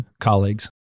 colleagues